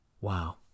Wow